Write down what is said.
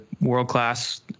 world-class